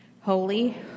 Holy